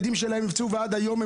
ומה קורה עם העבריינים?